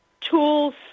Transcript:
tools